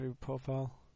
profile